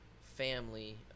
Family